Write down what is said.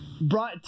brought